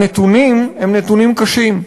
הנתונים הם נתונים קשים,